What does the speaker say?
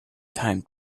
time